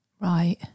Right